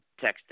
texted